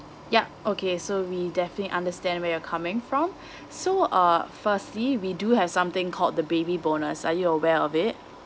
yup okay so we definitely understand where you're coming from so uh firstly we do have something called the baby bonus are you aware of it